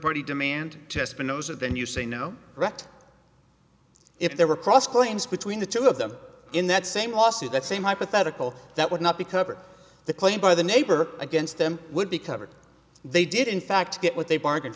party demand tester knows it then you say no direct if there were cross claims between the two of them in that same lawsuit that same hypothetical that would not be covered the claim by the neighbor against them would be covered they did in fact get what they bar